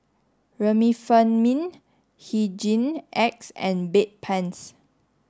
Remifemin Hygin X and Bedpans